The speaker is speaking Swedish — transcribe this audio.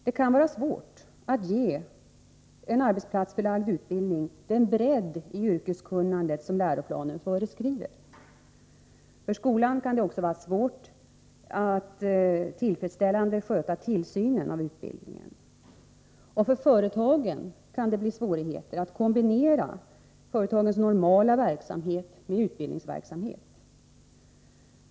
Det kan vara svårt att ge en arbetsplatsförlagd utbildning den bredd i yrkeskunnandet som läroplanen föreskriver. För skolan kan det också vara svårt att tillfredsställande sköta tillsynen av utbildningen. För företagen kan det bli svårigheter när det gäller att kombinera företagens normala verksamhet med utbildningsverksamhet.